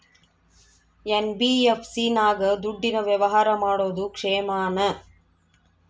NBFC ನಾಗ ದುಡ್ಡಿನ ವ್ಯವಹಾರ ಮಾಡೋದು ಕ್ಷೇಮಾನ?